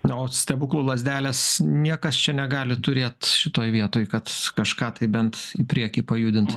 na ot stebuklų lazdelės niekas čia negali turėi šitoj vietoj kad kažką tai bent į priekį pajudint